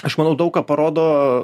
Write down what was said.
aš manau daug ką parodo